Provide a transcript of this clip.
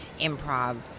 improv